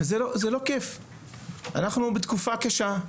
אנחנו בתקופה קשה.